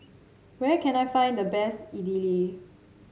where can I find the best Idili